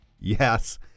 yes